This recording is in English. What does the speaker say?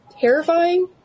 terrifying